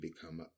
become